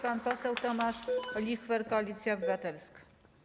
Pan poseł Tomasz Olichwer, Koalicja Obywatelska.